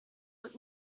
und